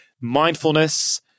mindfulness